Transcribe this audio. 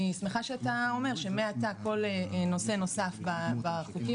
אני שמחה שאתה אומר שמעתה כל נושא נוסף בחוקים,